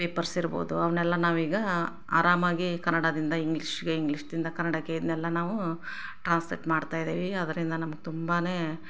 papers ಇರ್ಬೋದು ಅವನ್ನೆಲ್ಲ ನಾವೀಗ ಆರಾಮಾಗಿ ಕನ್ನಡದಿಂದ ಇಂಗ್ಲೀಷ್ಗೆ ಇಂಗ್ಲೀಷ್ದಿಂದ ಕನ್ನಡಕ್ಕೆ ಇದನ್ನೆಲ್ಲ ನಾವು ಟ್ರಾನ್ಸ್ಲಟ್ ಮಾಡ್ತಾ ಇದ್ದೀವಿ ಅದರಿಂದ ನಮಗೆ ತುಂಬ